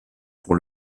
pour